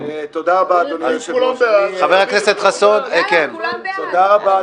אם כולם בעד --- תודה רבה,